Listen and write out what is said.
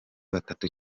batatu